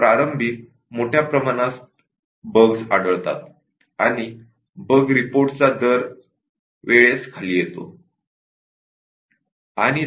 प्रारंभी मोठ्या प्रमाणात बग्स आढळतात आणि नंतर बग कमी होत जातात